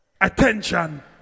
Attention